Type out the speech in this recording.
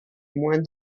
moins